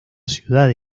ciudad